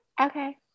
Okay